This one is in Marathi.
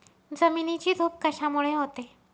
जमिनीची धूप कशामुळे होते?